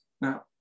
Now